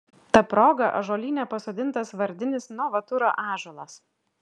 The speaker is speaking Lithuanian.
ta proga ąžuolyne pasodintas vardinis novaturo ąžuolas